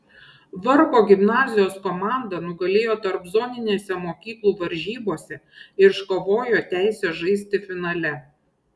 varpo gimnazijos komanda nugalėjo tarpzoninėse mokyklų varžybose ir iškovojo teisę žaisti finale